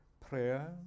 prayer